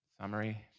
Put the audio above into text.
summary